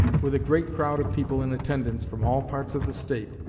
with a great crowd of people in attendance from all parts of the state,